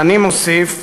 ואני מוסיף: